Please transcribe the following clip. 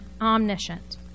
omniscient